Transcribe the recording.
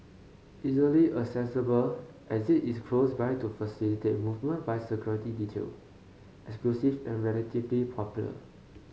easily accessible exit is close by to facilitate movement by security detail exclusive and relatively popular